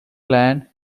clan